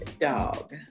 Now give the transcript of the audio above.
dog